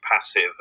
passive